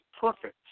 perfect